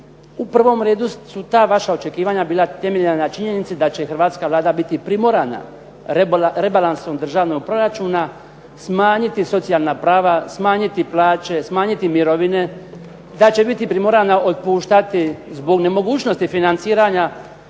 U prvom redu su ta vaša očekivanja bila temeljena na činjenici da će hrvatska Vlada biti primorana rebalansom državnog proračuna, smanjiti socijalna prava, smanjiti plaće, smanjiti mirovine, da će biti primorana otpuštati zbog nemogućnosti financiranja